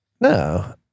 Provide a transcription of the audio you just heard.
no